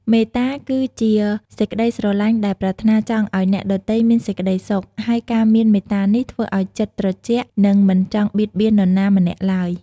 មេត្តា គឺជាសេចក្តីស្រឡាញ់ដែលប្រាថ្នាចង់ឲ្យអ្នកដទៃមានសេចក្តីសុខ ហើយការមានមេត្តានេះធ្វើឲ្យចិត្តត្រជាក់ និងមិនចង់បៀតបៀននរណាម្នាក់ឡើយ។